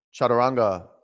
chaturanga